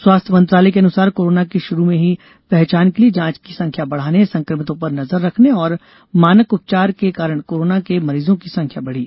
स्वास्थ्य मंत्रालय के अनुसार कोरोना की शुरू में ही पहचान के लिये जांच की संख्या बढ़ाने संकमितों पर नजर रखने और मानक उपचार के कारण कोरोना के मरीजों की संख्या बढ़ी